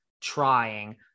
trying